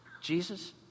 Jesus